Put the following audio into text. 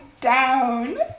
down